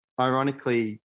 ironically